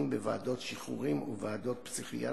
בוועדות שחרורים ובוועדות פסיכיאטריות,